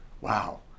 wow